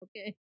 Okay